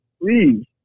please